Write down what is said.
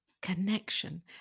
Connection